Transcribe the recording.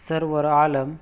سرور عالم